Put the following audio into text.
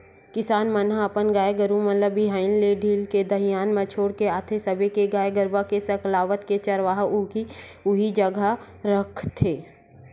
किसान मन ह अपन गाय गरु मन ल बिहनिया ले ढील के दईहान म छोड़ के आथे सबे के गाय गरुवा के सकलावत ले चरवाहा उही जघा रखथे